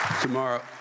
Tomorrow